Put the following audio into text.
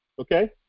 Okay